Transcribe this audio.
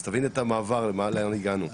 אז תבין את המעבר לאן הגענו,